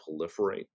proliferate